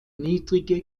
niedrige